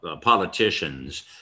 politicians